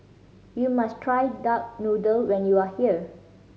you must try duck noodle when you are here